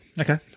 Okay